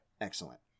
excellent